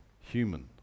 human